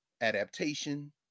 adaptation